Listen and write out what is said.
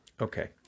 Okay